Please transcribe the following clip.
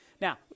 Now